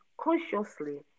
consciously